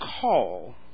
call